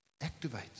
activates